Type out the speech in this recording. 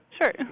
Sure